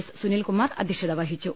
S Sunil Kumar അധ്യക്ഷത വഹിച്ചു